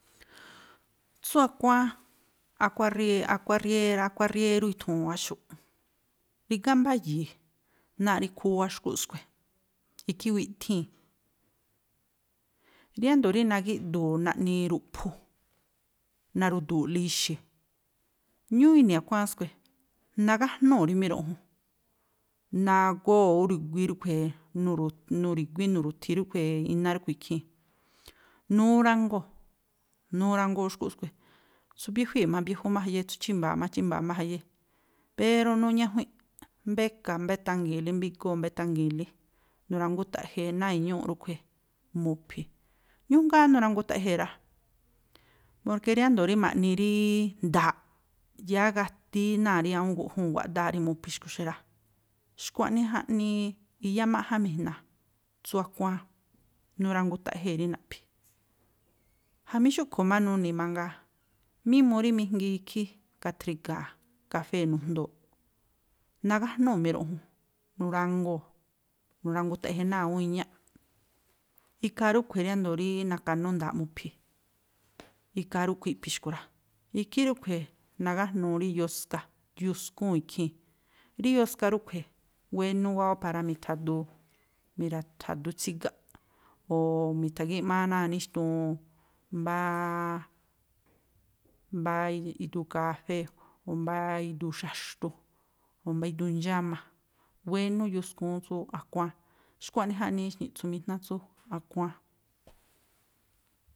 Tsú akuáán, akuáán akuáán arriérá, akuáán riérú i̱thuu̱n áxu̱ꞌ. Rígá mbá yi̱i̱, náa̱ rí khúwá xkúꞌ skui̱, ikhí iwiꞌthíi̱n. Riándo̱o rí nagi̱ꞌdu̱u̱ naꞌni ruꞌphu, narudu̱u̱ꞌla ixi̱, ñúúꞌ ini̱ akuáán skui̱. Nagájnúu̱ rí miruꞌjun, nagóo̱ úri̱guí rúꞌkhue̱e̱, nuri̱guí nuru̱thi ríꞌkhue̱e̱ iná ríꞌhui̱ ikhii̱. Nurangoo̱, nurangoo xkúꞌ skui̱, tsú biéjuíi̱ má, biéjú má jayé, tsú chímba̱a̱ má, chímba̱a̱ má jayé. Pero nuñajuinꞌ, mbá e̱ka̱, mbá etangi̱i̱nlí, mbá igóo̱, mbá etangi̱i̱nlí. Nurangutaꞌjee̱ náa̱ iñúúꞌ rúꞌkhui̱, mu̱phi̱. Ñújngáá nurangutaꞌjee̱ rá. Porke rí ájndo̱ rí ma̱ꞌni rííí nda̱a̱ꞌ, yáá gatíí náa̱ rí awúún guꞌjúu̱n wáꞌdáa̱ rí mu̱phi̱ xkui̱ xi rá. Xkua̱ꞌnii jaꞌnii iyámáꞌjánmi̱jna̱ tsú akuáán. Nurangutaꞌjee̱ rí naꞌphi̱. Jamí xúꞌkhui̱ má nuni̱ mangaa, mí mu rí mijngii ikhí kathriga̱ cafée̱ nujndooꞌ, nagájnúu̱ miruꞌjun nurangoo̱, nurangutaꞌje náa̱ awúún iñáꞌ, ikhaa rúꞌkhui̱ ríándo̱ rí na̱ka̱nú nda̱a̱ꞌ mu̱phi̱, ikhaa rúꞌkhui̱ iꞌphi̱ xkui̱ rá. Ikhí rúꞌkhui̱ nagájnuu rí yoska, yoskúu̱n ikhii̱n. Rí yoska ríꞌkhui̱, wénú wáá ú para mi̱tha̱du, mi̱ra̱tha̱du tsígaꞌ, o̱o̱o̱ mi̱tha̱gíꞌmáá náa̱ níxtuun mbááá, mbá iduu kafée̱, o̱ mbá iduu xaxtu, o̱ mbá iduu ndxáma. Wénú yoskúún tsú akuáán. Xkua̱ꞌnii jaꞌnii ixni̱ꞌtsumijná tsú akuáán.